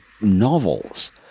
novels